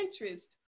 interest